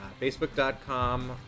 Facebook.com